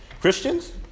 Christians